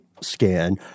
scan